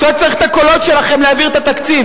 כשהוא היה צריך את הקולות שלכם להעביר את התקציב.